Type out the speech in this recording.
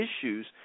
issues